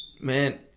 Man